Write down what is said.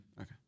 Okay